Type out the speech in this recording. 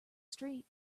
street